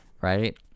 right